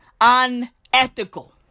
unethical